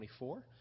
24